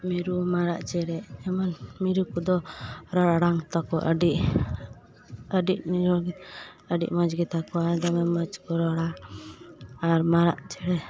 ᱢᱤᱨᱩ ᱢᱟᱨᱟᱜ ᱪᱮᱬᱮ ᱡᱮᱢᱚᱱ ᱢᱤᱨᱩ ᱠᱚᱫᱚ ᱨᱚᱲ ᱟᱲᱟᱝ ᱛᱟᱠᱚ ᱟᱹᱰᱤ ᱟᱹᱰᱤ ᱱᱤᱨᱚᱲ ᱟᱹᱰᱤ ᱢᱚᱸᱡᱽ ᱜᱮᱛᱟ ᱠᱚᱣᱟ ᱫᱚᱢᱮ ᱢᱚᱡᱽ ᱠᱚ ᱨᱚᱲᱟ ᱟᱨ ᱢᱟᱨᱟᱜ ᱪᱮᱬᱮ